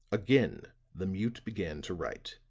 again the mute began to write.